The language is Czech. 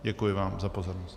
Děkuji vám za pozornost.